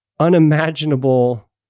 unimaginable